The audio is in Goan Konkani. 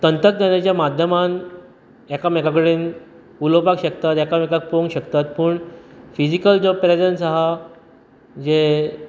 तंत्रज्ञानाच्या माध्यमान एकामेका कडेन उलोवपाक शकतात एका मेकाक पोवंक शकतात पूण फिजिकल जर प्रेजन्स आहा जे